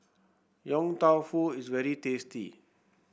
Yong Tau Foo is very tasty